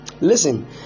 listen